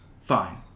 Fine